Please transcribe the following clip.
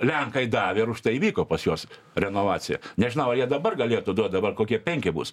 lenkai davė ir už tai įvyko pas juos renovacija nežinau ar jie dabar galėtų duot dabar kokie penki bus